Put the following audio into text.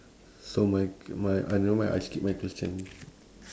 so my my uh nevermind I skip my question